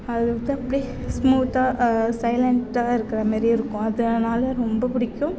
அது வந்து அப்படியே ஸ்மூத்தாக சைலண்ட்டாக இருக்கிற மாரியே இருக்கும் அதனால் ரொம்ப பிடிக்கும்